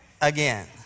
again